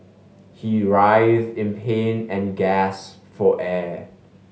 he writhed in pain and gasped for air